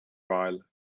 while